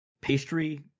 pastry